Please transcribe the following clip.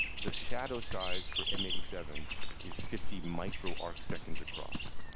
the shadow size for m eight seven is fifty micro arc seconds across.